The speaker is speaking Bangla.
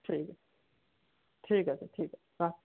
ঠিক আছে ঠিক আছে ঠিক আছে রাখছি